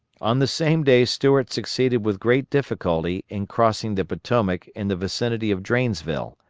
on the same day stuart succeeded with great difficulty in crossing the potomac in the vicinity of drainsville.